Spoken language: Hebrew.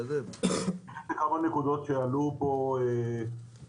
יש לי כמה נקודות שעלו פה בדיון.